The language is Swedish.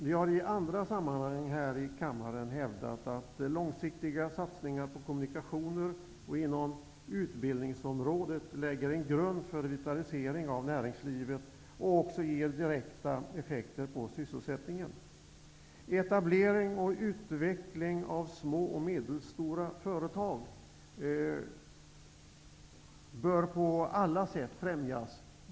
Vi har i andra sammanhang här i kammaren hävdat att långsiktiga satsningar på kommunikationer och inom utbildningsområdet lägger en grund för en vitalisering av näringslivet och också ger direkta effekter på sysselsättningen. Etablering och utveckling av små och medelstora företag bör på alla sätt främjas.